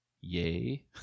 yay